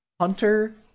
Hunter